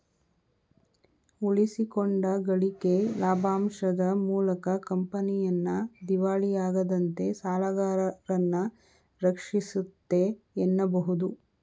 ಉಳಿಸಿಕೊಂಡ ಗಳಿಕೆ ಲಾಭಾಂಶದ ಮೂಲಕ ಕಂಪನಿಯನ್ನ ದಿವಾಳಿಯಾಗದಂತೆ ಸಾಲಗಾರರನ್ನ ರಕ್ಷಿಸುತ್ತೆ ಎನ್ನಬಹುದು